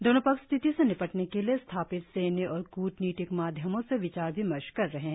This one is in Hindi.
दोनों पक्ष स्थिति से निपटने के लिए स्थापित सैन्य और कूटनीतिक माध्यमों से विचार विमर्श कर रहे हैं